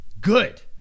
good